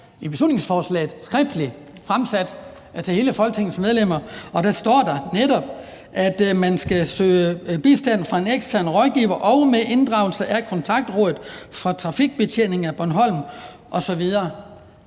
i beslutningsforslaget, skriftligt fremsat til alle Folketingets medlemmer. Og dér står der netop, at man skal søge »bistand fra en ekstern rådgiver og med inddragelse af Kontaktrådet for trafikbetjening af Bornholm« osv.